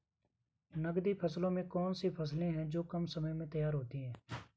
नकदी फसलों में कौन सी फसलें है जो कम समय में तैयार होती हैं?